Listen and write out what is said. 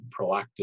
proactive